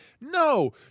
no